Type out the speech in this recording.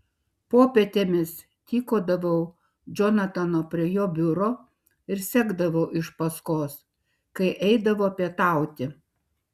popietėmis tykodavau džonatano prie jo biuro ir sekdavau iš paskos kai eidavo pietauti